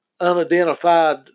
unidentified